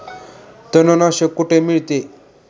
तणनाशक कुठे मिळते?